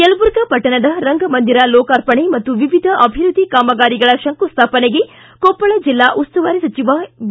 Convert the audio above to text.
ಯಲಬುರ್ಗಾ ಪಟ್ಟಣದ ರಂಗಮಂದಿರ ಲೋಕಾರ್ಪಣೆ ಮತ್ತು ವಿವಿಧ ಅಭಿವೃದ್ದಿ ಕಾಮಗಾರಿಗಳ ಶಂಕುಸ್ಥಾಪನೆಗೆ ಕೊಪ್ಪಳ ಜಿಲ್ಲಾ ಉಸ್ತುವಾರಿ ಸಚಿವ ಬಿ